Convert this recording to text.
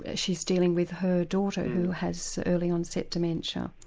ah she's dealing with her daughter who has early onset dementia,